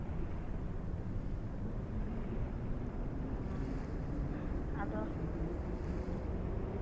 ᱚᱸᱻ ᱟᱫᱚ